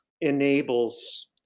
enables